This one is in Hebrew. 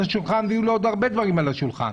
השולחן ויהיו לו עוד הרבה דברים על השולחן,